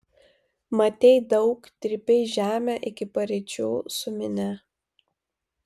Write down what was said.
matei daug trypei žemę iki paryčių su minia